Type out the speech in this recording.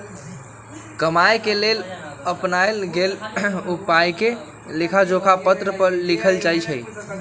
कमाए के लेल अपनाएल गेल उपायके लेखाजोखा पत्र पर लिखल जाइ छइ